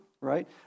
right